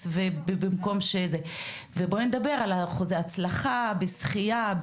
ובמקום שתדבר על זה נדבר על אחוזי ההצלחה בשחייה,